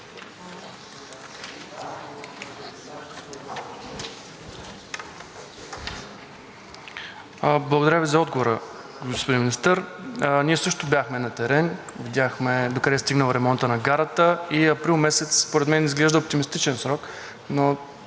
Благодаря Ви за отговора, господин Министър. Ние също бяхме на терен, видяхме докъде е стигнал ремонтът на гарата и април месец според мен не изглежда оптимистичен срок, но